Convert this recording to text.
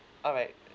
alright